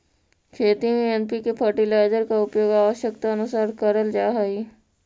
खेती में NPK fertiliser का उपयोग आवश्यकतानुसार करल जा हई